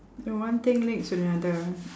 the one thing leads to another